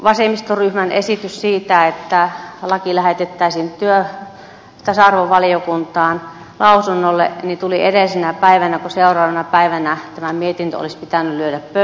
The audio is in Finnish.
vasemmistoryhmän esitys siitä että laki lähetettäisiin työelämä ja tasa arvovaliokuntaan lausunnolle tuli edellisenä päivänä kun seuraavana päivänä tämä mietintö olisi pitänyt lyödä pöytään